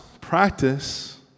practice